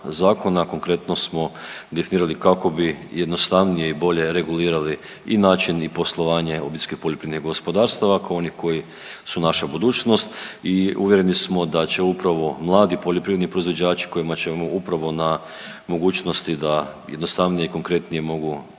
konkretno smo definirali kako bi jednostavnije i bolje regulirali i način i poslovanje OPG-ova kao onih koji su naša budućnost i uvjereni smo da će upravo mladi poljoprivredni proizvođači kojima ćemo upravo na mogućnosti da jednostavnije i konkretnije mogu